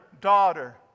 daughter